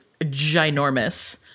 ginormous